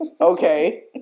Okay